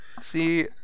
See